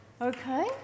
Okay